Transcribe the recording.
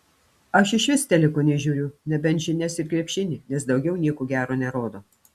aš išvis teliko nežiūriu nebent žinias ir krepšinį nes daugiau nieko gero nerodo